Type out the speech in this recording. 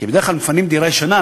כי בדרך כלל מפנים דירה ישנה,